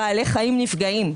בעלי חיים נפגעים.